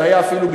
זה היה אפילו,